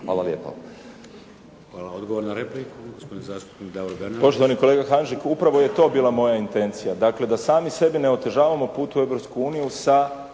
Hvala lijepo.